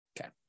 Okay